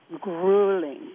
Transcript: grueling